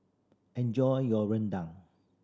enjoy your rendang